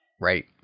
right